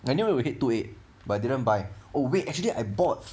I knew it will hit two eight but didn't buy oh wait actually I bought